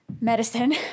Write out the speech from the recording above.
medicine